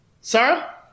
Sarah